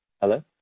Hello